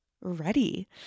ready